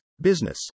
business